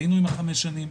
היינו עם ה-5 שנים,